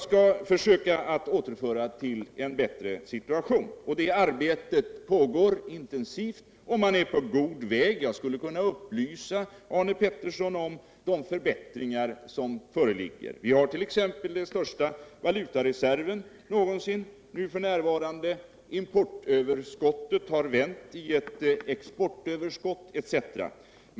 Det är ett arbete som pågår intensivt, och man har kommit en god bit på väg. Jag kan upplysa Arne Pettersson om de förbättringar som åstadkommits. Vi har f.n. exempelvis den största valutareserven någonsin. Importöverskottet har vänt i ett exportöverskott etc.